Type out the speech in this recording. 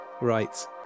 Right